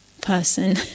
person